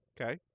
Okay